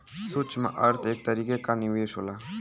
सूक्ष्म अर्थ एक तरीके क निवेस होला